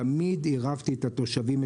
תמיד עירבתי את התושבים,